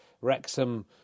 Wrexham